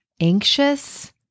anxious